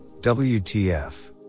WTF